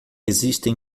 existem